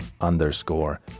underscore